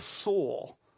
soul